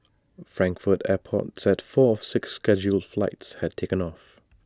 Frankfurt airport said four of six scheduled flights had taken off